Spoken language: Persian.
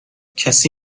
کسی